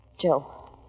Joe